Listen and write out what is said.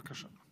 בבקשה.